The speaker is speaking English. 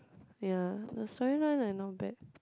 ya the storyline like not bad